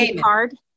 card